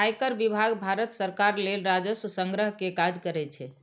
आयकर विभाग भारत सरकार लेल राजस्व संग्रह के काज करै छै